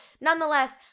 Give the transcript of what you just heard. nonetheless